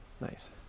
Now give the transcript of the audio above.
Nice